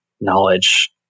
knowledge